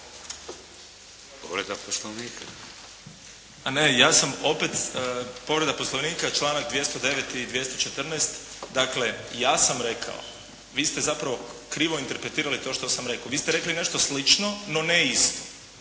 Davor (SDP)** A ne ja sam opet, povreda Poslovnika članak 209. i 214. Dakle, ja sam rekao, vi ste zapravo krivo interpretirali to što sam rekao. Vi ste rekli nešto slično no ne isto.